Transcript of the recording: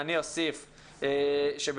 אני אוסיף שבעיניי,